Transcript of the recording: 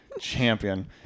Champion